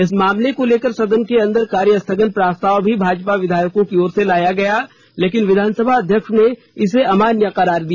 इस मामले को लेकर सदन के अंदर कार्य स्थगन प्रस्ताव भी भाजपा विधायकों की ओर से लाया गया लेकिन विधानसभा अध्यक्ष ने इसे अमान्य करार दिया